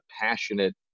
passionate